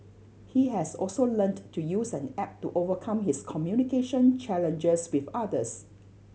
he has also learnt to use an app to overcome his communication challenges with others